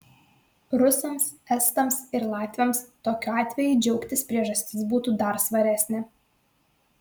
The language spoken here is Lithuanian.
rusams estams ir latviams tokiu atveju džiaugtis priežastis būtų dar svaresnė